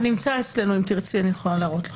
זה נמצא אצלנו, אם תרצי אני יכולה להראות לך.